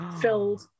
filled